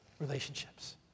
relationships